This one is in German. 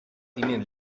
ihnen